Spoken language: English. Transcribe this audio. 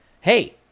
hey